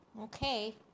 Okay